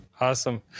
Awesome